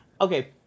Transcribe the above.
okay